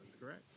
correct